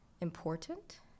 important